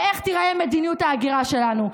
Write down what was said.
ואיך תיראה מדיניות ההגירה שלנו.